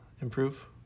improve